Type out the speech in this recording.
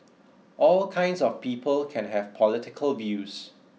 all kinds of people can have political views